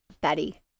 betty